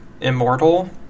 immortal